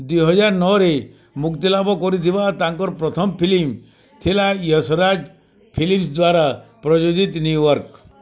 ଦୁଇ ହଜାର ନଅରେ ମୁକ୍ତିଲାଭ କରିଥିବା ତାଙ୍କର ପ୍ରଥମ ଫିଲ୍ମ ଥିଲା ୟଶରାଜ ଫିଲ୍ମସ୍ ଦ୍ଵାରା ପ୍ରଯୋଜିତ ନ୍ୟୁୟର୍କ